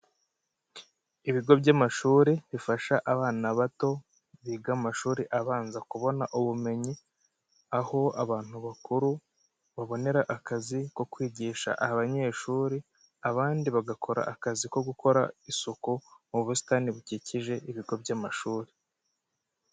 Ibigo by'amashuri, bifasha abana bato biga amashuri abanza kubona ubumenyi, aho abantu bakuru babonera akazi ko kwigisha abanyeshuri, abandi bagakora akazi ko gukora isuku mu busitani bukikije ibigo by'amashuri.